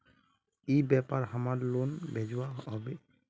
ई व्यापार हमार लोन भेजुआ हभे?